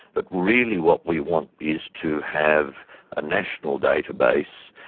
but really what we want is to have a national database,